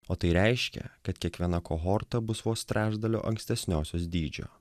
o tai reiškia kad kiekviena kohorta bus vos trečdalio ankstesniosios dydžio